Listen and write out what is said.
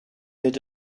had